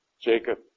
Jacob